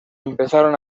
empezaron